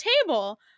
table